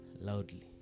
loudly